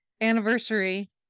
anniversary